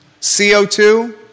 CO2